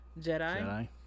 Jedi